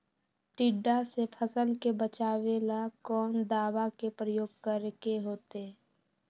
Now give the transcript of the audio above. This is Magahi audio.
टिड्डा से फसल के बचावेला कौन दावा के प्रयोग करके होतै?